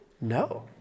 No